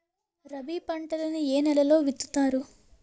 రబీ పంటలను ఏ నెలలో విత్తుతారు?